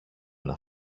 ένα